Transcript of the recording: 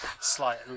Slight